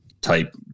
type